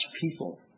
people